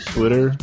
Twitter